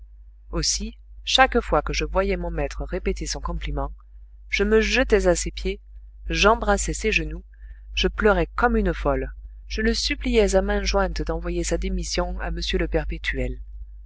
aussi chaque fois que je voyais mon maître répéter son compliment je me jetais à ses pieds j'embrassais ses genoux je pleurais comme une folle je le suppliais à mains jointes d'envoyer sa démission à m le perpétuel